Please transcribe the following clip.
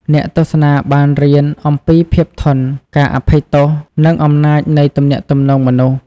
អ្នកទស្សនាបានរៀនអំពីភាពធន់ ការអភ័យទោស និងអំណាចនៃទំនាក់ទំនងមនុស្ស។